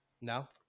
no